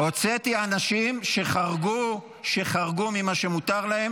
הוצאתי אנשים שחרגו ממה שמותר להם